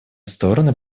стороны